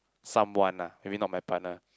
someone lah maybe not my partner